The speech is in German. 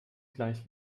gleich